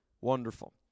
Wonderful